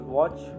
watch